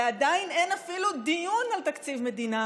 ועדיין אין אפילו דיון על תקציב מדינה